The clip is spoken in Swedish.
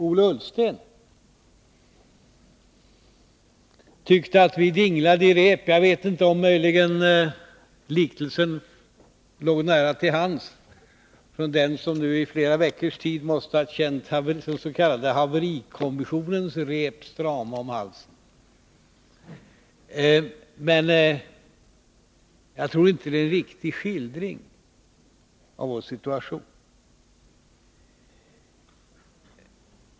Ola Ullsten tyckte att vi dinglade i rep. Jag vet inte om möjligen liknelsen låg nära till hands för den som nu i flera veckors tid måste ha känt den s.k. haverikommissionens rep strama om halsen. Men jag tror inte det är en riktig skildring av vår situation.